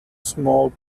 small